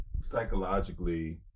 psychologically